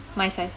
my size